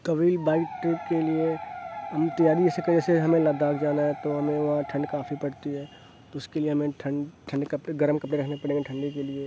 طویل bike tour کے لیے ہم تیاری سے کے وجہ سے ہمیں لدّاخ جانا ہے تو ہمیں وہاں ٹھنڈ کافی پڑتی ہے تو اُس کے لیے ہمیں ٹھنڈ ٹھنڈے کپڑے گرم کپڑے رکھنے پڑیں گے ٹھنڈی کے لیے